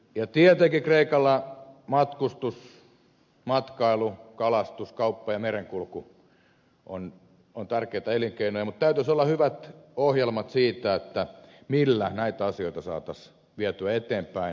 ja tietenkin kreikalla matkailu kalastus kauppa ja merenkulku ovat tärkeitä elinkeinoja mutta täytyisi olla hyvät ohjelmat siitä millä näitä asioita saataisiin vietyä eteenpäin